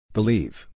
Believe